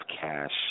cash